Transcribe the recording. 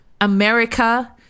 America